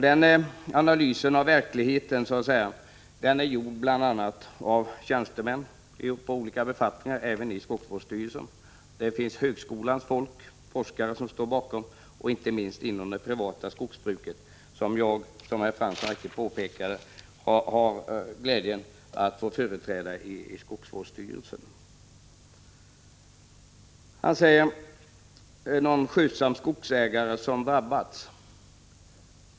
Den analysen av verkligheten är gjord av tjänstemän i olika befattningar, även i skogsstyrelsen. Det är högskolefolk, forskare och inte minst representanter från det privata skogsbruket som jag, som Jan Fransson helt riktigt påpekade, har glädjen att få företräda i skogsstyrelsen. Jan Fransson nämnde att skötsamma skogsägare kan drabbas.